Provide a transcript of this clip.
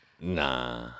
Nah